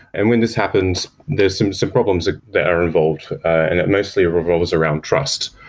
and when this happens, there's some so problems ah that are involved and it mostly revolves around trust.